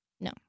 No